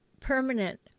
permanent